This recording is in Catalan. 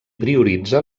prioritza